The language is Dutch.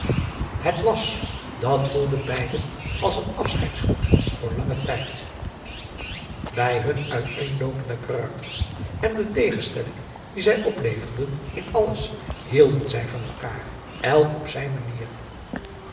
het was dat voelden beiden als een afscheidsgroet voor langen tijd bij hun uiteenloopende karakters en de tegenstelling die zij opleverden in alles hielden zij van elkaar elk op zijn manier